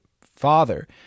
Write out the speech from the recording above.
father